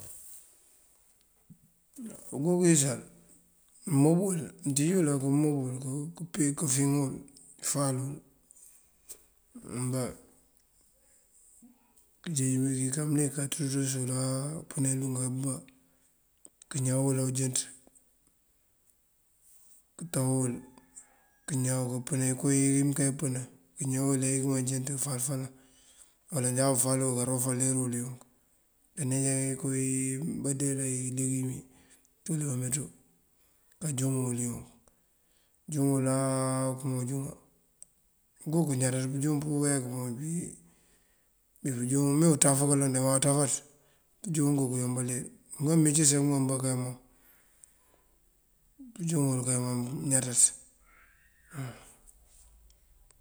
Á uguk uyësal mob wul mënţíj wul amob wul këfiŋ wul këfal wul. Ambá këyëkan mëlik kaţúţës wul áa apënan iluŋ amëmbá këñawul awëjënţ, këtaw wul këñaw wul këpënan iko yí mënkayi pëpënan këñaw wul awu këma jënţ këfal falan. Baloŋ jáţa bëfal wul karofalir wul yuŋ kaneejan ikoyi badeelayi yuleegi yí tudu diba meţú kajúŋ wul yuŋ kajúŋ wul áa këma ujúŋa. Uguk ñaţaţ pëjúŋ pëweek puŋ dí pëjúŋ me utaf kaloŋ de ma uţafaţ pëjuŋ uguk ayombalir. Mënkëma mëyecës wul amëkëma mëmbá kay pëjúŋ wul kay mom ñaţaţ waw.